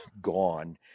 gone